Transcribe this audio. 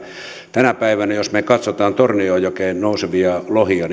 tänä päivänä jos me katsomme tornionjokeen nousevia lohia